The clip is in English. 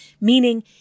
Meaning